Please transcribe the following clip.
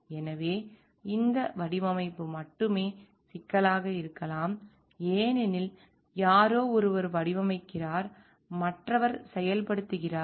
எனவே இந்த வடிவமைப்பு மட்டுமே சிக்கலாக இருக்கலாம் ஏனெனில் யாரோ ஒருவர் வடிவமைக்கிறார் மற்றவர் செயல்படுத்துகிறார்